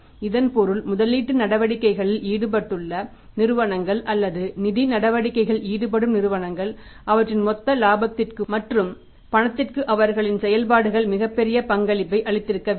இதன் பொருள் முதலீட்டு நடவடிக்கைகளில் ஈடுபட்டுள்ள நிறுவனங்கள் அல்லது நிதி நடவடிக்கைகளில் ஈடுபடும் நிறுவனங்கள் அவற்றின் மொத்த இலாபத்திற்கு மற்றும் பணத்திற்கு அவர்களின் செயல்பாடுகள் மிகப்பெரிய பங்களிப்பை அளித்திருக்க வேண்டும்